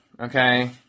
okay